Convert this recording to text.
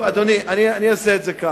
טוב, אדוני, אני אעשה את זה כך.